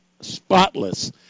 spotless